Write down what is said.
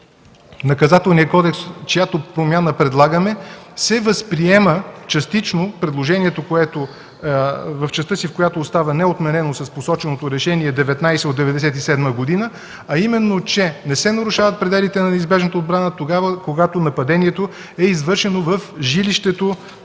Наказателния кодекс, чиято промяна предлагаме, се възприема частично предложението в частта си, в която остава неотменено с посоченото Решение № 19 от 1997 г., а именно че не се нарушават пределите на неизбежната отбрана, когато нападението е извършено в жилището